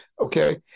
okay